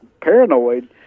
paranoid